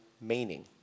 meaning